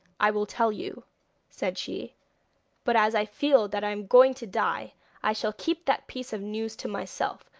i will tell you said she but as i feel that i am going to die i shall keep that piece of news to myself,